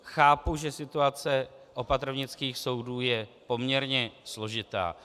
Chápu, že situace opatrovnických soudů je poměrně složitá.